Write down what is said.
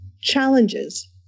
challenges